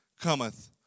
cometh